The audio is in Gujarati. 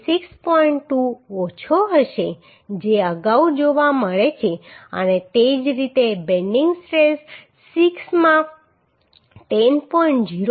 2 ઓછો હશે જે અગાઉ જોવા મળે છે અને તે જ રીતે બેન્ડિંગ સ્ટ્રેસ 6 માં 10